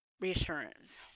reassurance